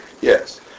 Yes